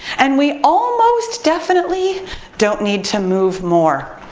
and we almost definitely don't need to move more.